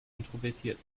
introvertiert